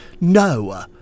No